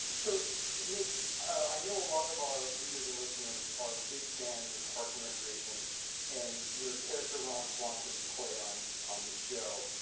so nick i know a lot of our readers and listeners are a big fans of parks and recreation and your character ron swanson you play on on the show.